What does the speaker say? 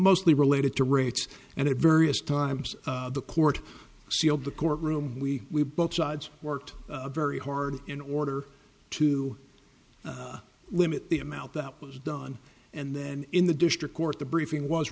mostly related to rates and it various times the court sealed the court room we both sides worked very hard in order to limit the amount that was done and then in the district court the briefing was